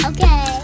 Okay